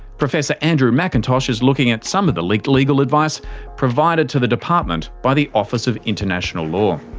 professor andrew macintosh is looking at some of the leaked legal advice provided to the department by the office of international law.